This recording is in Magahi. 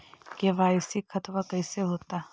के.वाई.सी खतबा कैसे होता?